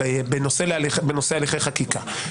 בנושא הליכי חקיקה.